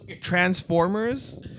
Transformers